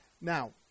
Now